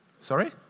Sorry